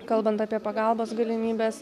kalbant apie pagalbos galimybes